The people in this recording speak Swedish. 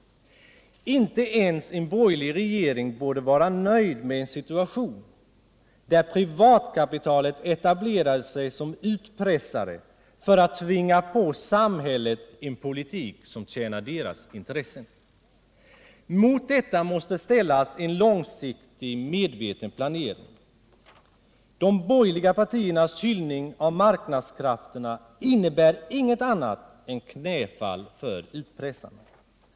Inte ens en borgerlig regering borde vara nöjd med en situation där privatkapitalet etablerar sig som utpressare för att tvinga på samhället en politik som tjänar privatkapitalets intressen. Mot detta måste ställas en långsiktig medveten planering. De borgerliga partiernas hyllning av marknadskrafterna innebär inget annat än knäfall för utpressarna.